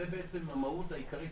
זו המהות העיקרית.